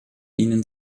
ihnen